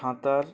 সাঁতার